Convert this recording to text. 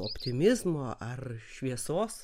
optimizmo ar šviesos